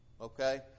Okay